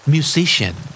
Musician